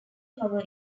power